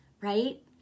right